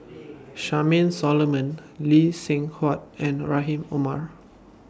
Charmaine Solomon Lee Seng Huat and Rahim Omar